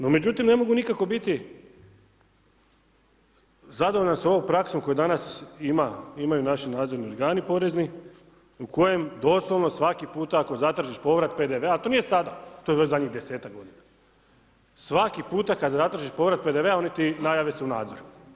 No, međutim, ne mogu nikako biti zadovoljan s ovom praksom, koju danas ima, imaju naši nadzorni organi porezni, u kojem, doslovno svaki puta, ako zatražiš povrat PDV-a, a to nije sada, to je zadnjih 10-tak g. Svaki puta kada zatražiš povrat PDV-a oni se najave se u nadzor.